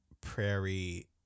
prairie